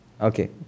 okay